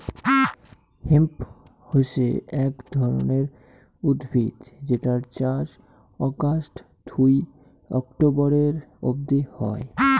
hemp হসে এক ধরণের উদ্ভিদ যেটার চাষ অগাস্ট থুই অক্টোবরের অব্দি হই